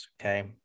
Okay